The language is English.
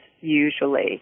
usually